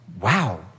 wow